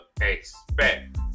expect